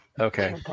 Okay